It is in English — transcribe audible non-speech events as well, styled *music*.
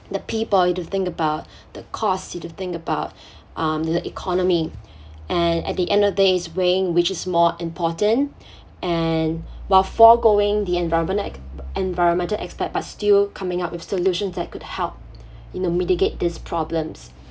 the people you've to think about *breath* the cost you've to think about *breath* um the economy *breath* and at the end of days weighing which is more important *breath* and while forgoing the environment~ environmental aspect but still coming up with solutions that could help *breath* into mitigate this problems